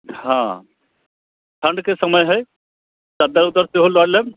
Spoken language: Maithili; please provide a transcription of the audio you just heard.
हँ ठण्डके समय हय चद्दर उद्दर सेहो लऽ लेब